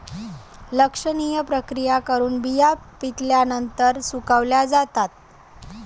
लक्षणीय प्रक्रिया करून बिया पिकल्यानंतर सुकवल्या जातात